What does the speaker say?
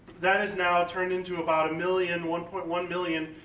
that has now turned into about a million, one point one million,